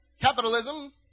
Capitalism